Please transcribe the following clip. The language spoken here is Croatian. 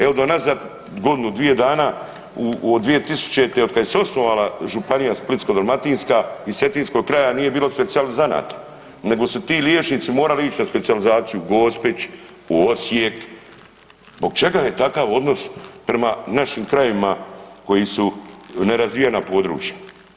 Evo do nazad godinu dvije dana u 2000. otkad se osnovala županija Splitsko-dalmatinska iz cetinskog kraja nije bilo specijalizanata, nego su ti liječnici morali ići na specijalizaciju u Gospić, u Osijek, zbog čega je takav odnos prema našim krajevima koji su nerazvijena područja?